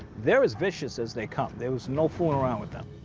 they're as vicious as they come. there's no fooling around with them.